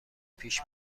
پیش